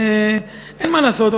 אין מה לעשות,